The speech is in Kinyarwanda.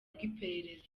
rw’iperereza